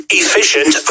efficient